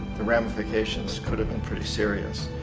the ramifications could have been pretty serious.